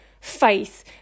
faith